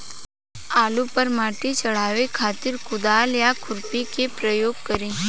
आलू पर माटी चढ़ावे खातिर कुदाल या खुरपी के प्रयोग करी?